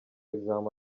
examen